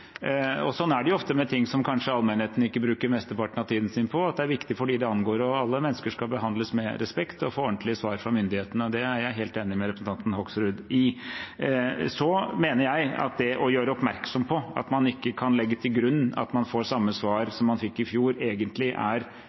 Sånn er det ofte med ting som allmennheten kanskje ikke bruker mesteparten av tiden sin på – det er viktig for dem det angår, og alle mennesker skal behandles med respekt og få ordentlige svar fra myndighetene. Det er jeg helt enig med representanten Hoksrud i. Så mener jeg at det å gjøre oppmerksom på at man ikke kan legge til grunn at man får samme svar som man fikk i fjor, egentlig er